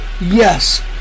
Yes